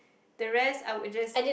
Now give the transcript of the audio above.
the rest I would just